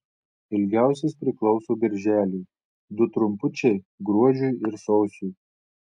ilgiausias priklauso birželiui du trumpučiai gruodžiui ir sausiui